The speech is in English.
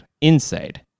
inside